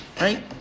Right